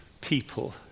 people